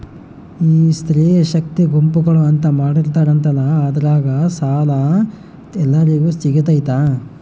ಈ ಸ್ತ್ರೇ ಶಕ್ತಿ ಗುಂಪುಗಳು ಅಂತ ಮಾಡಿರ್ತಾರಂತಲ ಅದ್ರಾಗ ಸಾಲ ಎಲ್ಲರಿಗೂ ಸಿಗತೈತಾ?